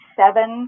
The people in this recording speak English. seven